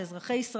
זה אזרחי ישראל,